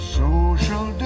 social